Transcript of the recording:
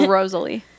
Rosalie